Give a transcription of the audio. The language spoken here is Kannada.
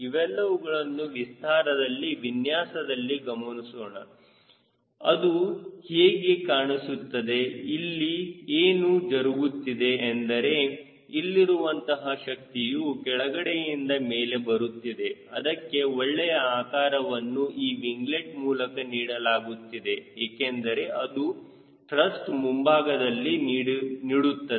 ಇವೆಲ್ಲವುಗಳನ್ನು ವಿಸ್ತಾರದ ವಿನ್ಯಾಸದಲ್ಲಿ ಗಮನಿಸೋಣ ಅದು ಹೀಗೆ ಕಾಣಿಸುತ್ತದೆ ಇಲ್ಲಿ ಏನು ಜರುಗುತ್ತಿದೆ ಅಂದರೆ ಇಲ್ಲಿರುವಂತಹ ಶಕ್ತಿಯು ಕೆಳಗಡೆಯಿಂದ ಮೇಲೆ ಬರುತ್ತಿದೆ ಅದಕ್ಕೆ ಒಳ್ಳೆಯ ಆಕಾರವನ್ನು ಈ ವಿಂಗ್ಲೆಟ್ ಮೂಲಕ ನೀಡಲಾಗುತ್ತಿದೆ ಏಕೆಂದರೆ ಅದು ತ್ರಸ್ಟ್ ಮುಂಭಾಗದಲ್ಲಿ ನೀಡುತ್ತದೆ